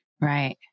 Right